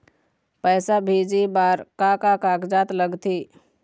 पैसा भेजे बार का का कागजात लगथे?